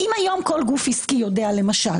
אם היום כל גוף עסקי יודע למשל